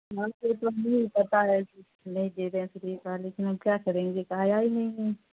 ہاں تو یہ تو ہمیں بھی پتہ ہے کہ نہیں دے رہے فری کا لیکن اب کیا کریں گے آیا ہی نہیں ہے